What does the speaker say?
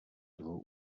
dvou